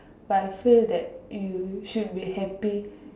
but I feel that you should be happy